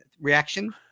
Reaction